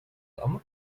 الأمر